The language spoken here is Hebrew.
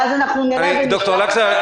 ואז אנחנו --- ד"ר לקסר,